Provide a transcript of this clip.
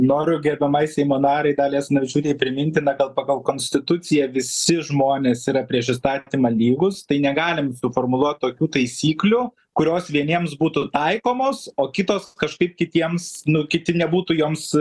noriu gerbiamai seimo narei daliai asanavičiūtei priminti na kad pagal konstituciją visi žmonės yra prieš įstatymą lygūs tai negalim suformuluot tokių taisyklių kurios vieniems būtų taikomos o kitos kažkaip kitiems nu kiti nebūtų joms